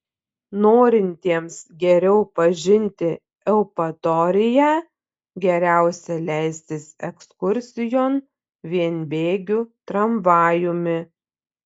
norintiems geriau pažinti eupatoriją geriausia leistis ekskursijon vienbėgiu tramvajumi